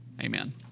Amen